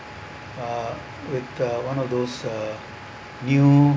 uh with the one of those uh new